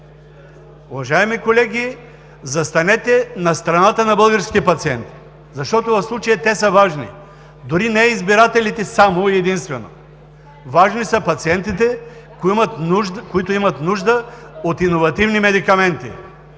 Уважаеми колеги, застанете на страната на българските пациенти, защото в случая те са важни, дори не избирателите само и единствено. Важни са пациентите, които имат нужда от иновативни медикаменти.